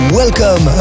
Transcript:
welcome